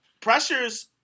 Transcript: Pressures